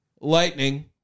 Lightning